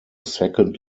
second